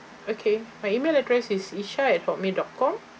okay my email address is isha at dot mail dot com